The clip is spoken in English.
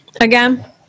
again